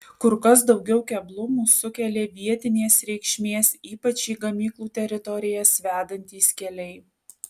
kur kas daugiau keblumų sukelia vietinės reikšmės ypač į gamyklų teritorijas vedantys keliai